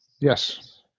Yes